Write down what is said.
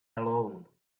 alone